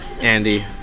andy